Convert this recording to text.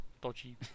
dodgy